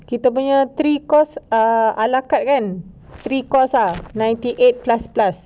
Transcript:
kita punya three course err ala carte kind three course ah ninety eight plus plus